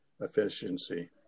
efficiency